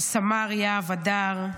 של סמ"ר יהב הדר,